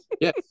yes